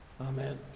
Amen